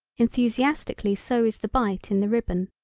enthusiastically so is the bite in the ribbon.